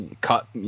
cut